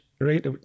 right